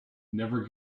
never